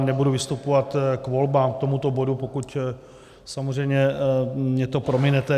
Nebudu vystupovat k volbám, k tomuto bodu, pokud samozřejmě mi to prominete.